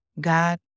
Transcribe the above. God